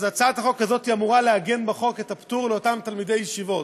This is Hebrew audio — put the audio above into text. אז הצעת החוק הזו אמורה לעגן בחוק את הפטור לאותם תלמידי ישיבות.